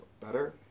better